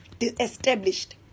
established